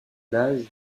l’âge